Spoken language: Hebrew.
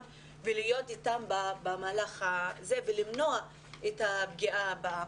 ולהיות איתם במהלך הזה ולמנוע את הפגיעה הבאה.